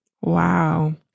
Wow